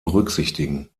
berücksichtigen